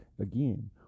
Again